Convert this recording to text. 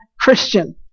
Christian